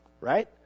Right